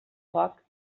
foc